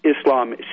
islam